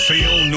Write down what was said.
Feel